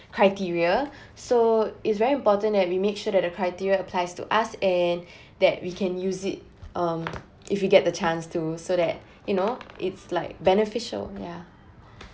criteria so it's very important that we make sure that the criteria applies to us and that we can use it um if we get the chance to so that you know it's like beneficial ya